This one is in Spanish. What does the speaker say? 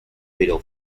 pero